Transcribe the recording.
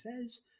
says